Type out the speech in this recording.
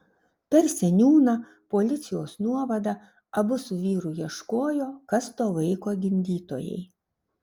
per seniūną policijos nuovadą abu su vyru ieškojo kas to vaiko gimdytojai